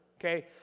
Okay